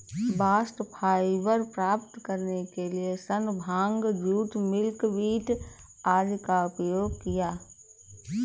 bast fibre प्राप्त करने के लिए सन, भांग, जूट, मिल्कवीड आदि का उपयोग किया जाता है